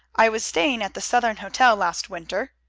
i was staying at the southern hotel last winter,